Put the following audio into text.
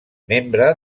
membre